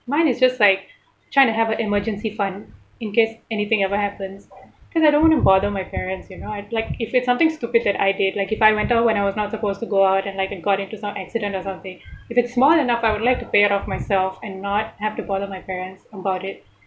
mine is just like try to have an emergency fund in case anything ever happens because I don't want to bother my parents you know I like if it's something stupid that I did like if I went out when I was not supposed to go out and like and got into some accident or something if it's small enough I would like to pay it off myself and not have to bother my parents about it